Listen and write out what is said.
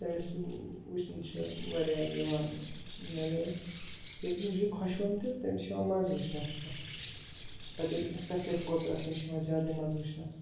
تٔمِس وٕچھُن چھِ واریاہ یِوان یعنی کیٛازِکہِ سُہ چھِ خۄشوُن تہِ تٔمِس چھِ یِوان مَزٕ وٕچھںَس تہِ پَتہٕ ییٚلہِ سفید کوترَس تٔمِس چھِ یِوان زیادَے مَزٕ وٕچھنَس